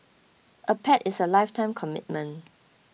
a pet is a lifetime commitment